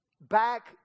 back